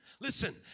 Listen